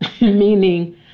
meaning